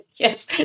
Yes